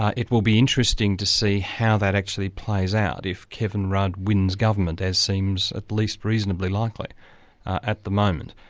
it will be interesting to see how that actually plays out if kevin rudd wins government, as seems at least reasonably likely at the moment.